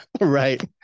right